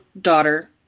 daughter